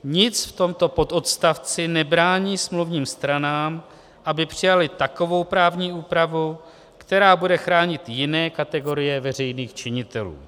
Nic v tomto pododstavci nebrání smluvním stranám, aby přijaly takovou právní úpravu, která bude chránit jiné kategorie veřejných činitelů.